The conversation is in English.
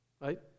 right